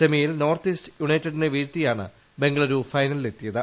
സെമിയിൽ north east യുണൈറ്റഡിനെ വീഴ്ത്തിയാണ് ബംഗളുരു ഫൈനലിൽ എത്തിയത്